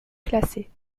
classés